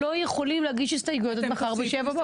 אני מבחינתי כיושב-ראש ועדה,